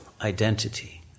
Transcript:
identity